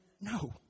No